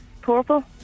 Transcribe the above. Purple